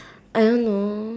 I don't know